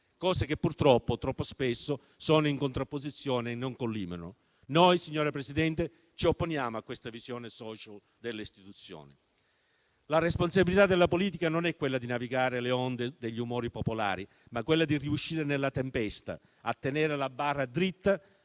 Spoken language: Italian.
cose che purtroppo troppo spesso sono in contrapposizione e non collimano. Noi, signora Presidente, ci opponiamo a questa visione *social* delle istituzioni. La responsabilità della politica non è quella di navigare le onde degli umori popolari, ma è quella di riuscire, nella tempesta, a tenere la barra dritta